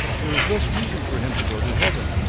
there is less reason for him to go to heaven.